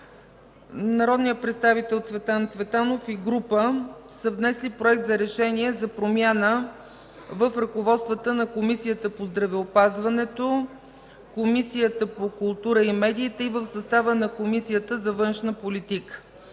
народният представител Цветан Цветанов и група са внесли Проект за решение за промяна в ръководствата на Комисията по здравеопазването, Комисията по културата и медиите и в състава на Комисията по външна политика.